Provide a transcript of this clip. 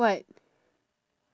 what